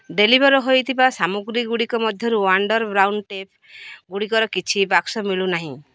deliver ହୋଇଥିବା ସାମଗ୍ରୀ ଗୁଡ଼ିକ ମଧ୍ୟରୁ ୱାଣ୍ଡର୍ ବ୍ରାଉନ୍ ଟେପ୍ ଗୁଡ଼ିକର କିଛି ବାକ୍ସ ମିଳୁନାହିଁ